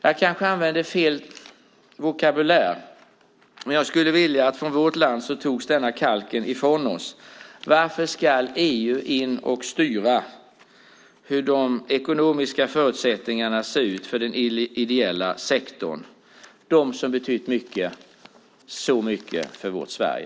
Jag kanske använder fel vokabulär, men jag skulle vilja att denna kalk togs från vårt land. Varför ska EU in och styra hur de ekonomiska förutsättningarna ser ut för den ideella sektorn som har betytt så mycket för vårt Sverige?